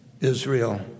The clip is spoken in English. Israel